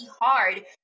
hard